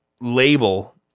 label